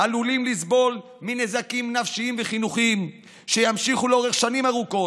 עלולים לסבול מנזקים נפשיים וחינוכיים שיימשכו שנים ארוכות.